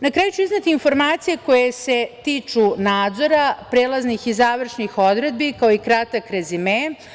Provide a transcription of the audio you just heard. Na kraju ću izneti informacije koje se tiču nadzora, prelaznih i završnih odredbi, kao i kratak rezime.